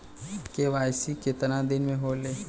KYC कितना दिन में होले?